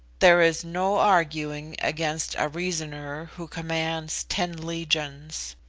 there is no arguing against a reasoner who commands ten legions.